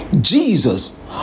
Jesus